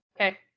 Okay